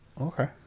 okay